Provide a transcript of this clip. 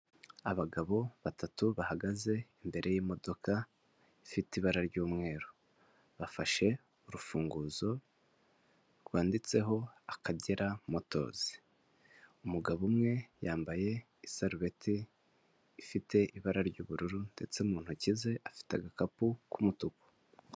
Abagabo batatu bahagaze imbere y'imodoka ifite ibara ry'umweru. Bafashe urufunguzo rwanditseho Akagera motozi. Umugabo umwe yambaye isarubeti ifite ibara ry'ubururu ndetse mu ntoki ze afite agakapu k'umutuku.